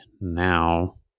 now